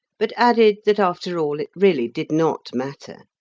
but added that after all it really did not matter.